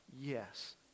Yes